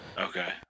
Okay